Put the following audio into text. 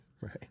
Right